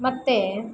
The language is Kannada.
ಮತ್ತು